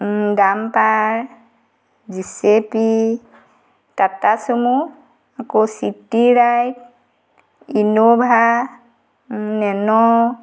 dumper J C B Tata Sumo আকৌ city ride Innova নেন'